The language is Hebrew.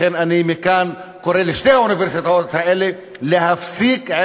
לכן מכאן אני קורא לשתי האוניברסיטאות האלה להפסיק את